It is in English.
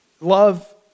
Love